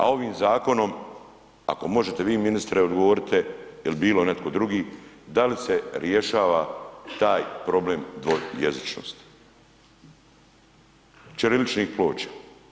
A ovim zakonom ako možete vi ministre odgovorite ili bilo netko drugi da li se rješava taj problem dvojezičnosti ćiriličnih ploča?